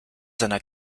seiner